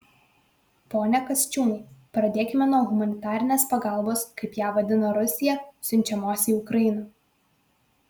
pone kasčiūnai pradėkime nuo humanitarinės pagalbos kaip ją vadina rusija siunčiamos į ukrainą